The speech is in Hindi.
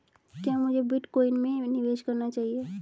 क्या मुझे बिटकॉइन में निवेश करना चाहिए?